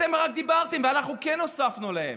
אתם רק דיברתם ואנחנו הוספנו להם.